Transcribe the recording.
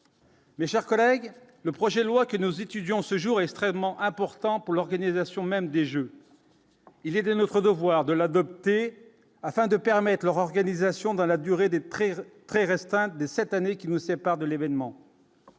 Mes chers collègues, le projet de loi que nous étudions ce jour extrêmement important pour l'organisation même des jeux, il est de notre devoir de l'adopter afin de permettre, organisation dans la durée des prêts très restreinte de cette année qui nous sépare de l'événement.